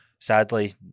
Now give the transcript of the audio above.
Sadly